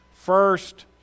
First